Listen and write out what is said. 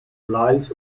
lies